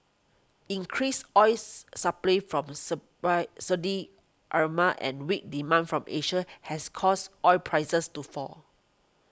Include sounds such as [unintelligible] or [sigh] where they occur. increased oil supply from [unintelligible] Saudi [unintelligible] and weak demand from Asia has caused oil prices to fall